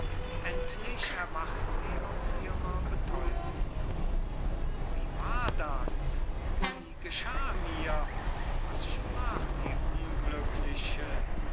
endlich erwacht sie aus ihrer betäubung wie war das wie geschah mir was sprach die unglückliche